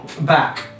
back